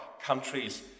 countries